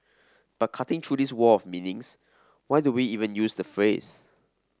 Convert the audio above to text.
but cutting through this wall of meanings why do we even use the phrase